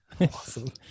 awesome